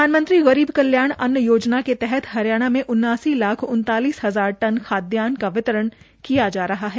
प्रधानमंत्री गरीब कल्याण अन्य योजना के तहत हरियाणा में उनासी लाख उनतालीस हज़ार टन खाद्यान का वितरण किया जा रहा है